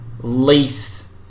least